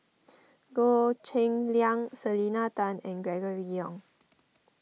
Goh Cheng Liang Selena Tan and Gregory Yong